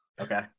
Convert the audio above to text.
Okay